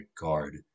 guard